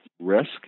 risk